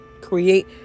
create